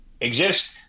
exist